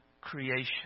creation